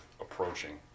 approaching